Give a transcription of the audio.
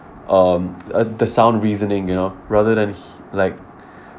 um uh the sound reasoning you know rather than like